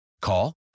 Call